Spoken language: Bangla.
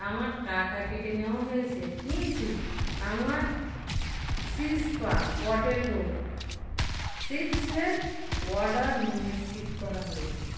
আমার টাকা কেটে নেওয়া হয়েছে কিন্তু আমার চিজপা পটেটো চিপ্সের অর্ডার নিশ্চিত করা হয় নি